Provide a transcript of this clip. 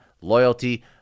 loyalty